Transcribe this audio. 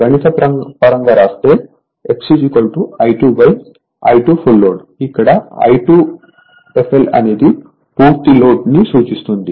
గణితపరంగా వ్రాస్తే x I2I2fll ఇక్కడ I2fl అనేది పూర్తి లోడ్ ని సూచిస్తుంది